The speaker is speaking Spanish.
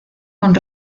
con